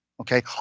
okay